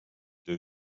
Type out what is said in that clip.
there